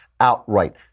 outright